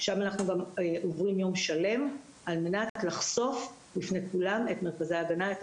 שם אנחנו עוברים יום שלם על מנת לחשוף בפני כולם את מרכזי ההגנה,